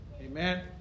amen